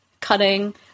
cutting